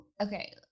okay